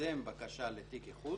יוזם בקשה לתיק איחוד,